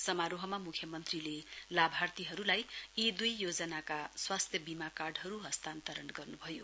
समारोहमा मुख्यमन्त्रीले लाभार्थीहरुलाई यी दुई योजनाका स्वास्थ्य बीमा कार्डहरु हस्तारन्तरण गर्नुभयो